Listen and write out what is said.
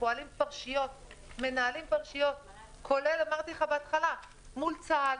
מנהלים פרשיות כולל מול צה"ל,